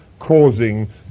causing